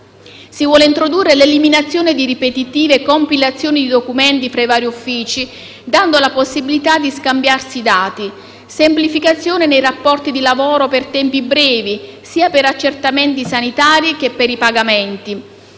Si vuole introdurre l'eliminazione di ripetitive compilazioni di documenti fra i vari uffici dando la possibilità di scambiarsi i dati; semplificazione nei rapporti di lavoro per tempi brevi, sia per accertamenti sanitari che per i pagamenti.